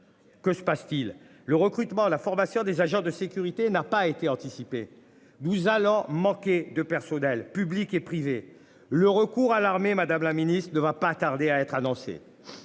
Que se passe-t-il. Le recrutement, la formation des agents de sécurité n'a pas été anticipé. Nous allons manquer de personnel, publics et privés. Le recours à l'armée Madame la Ministre ne va pas tarder à être annoncés.